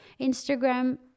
Instagram